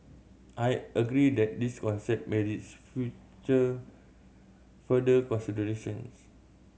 I agree that this concept merits future further considerations